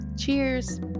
Cheers